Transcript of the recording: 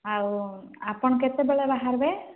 ଆଉ ଆପଣ କେତେବେଳେ ବାହାର୍ବେ